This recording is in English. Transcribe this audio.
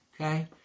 Okay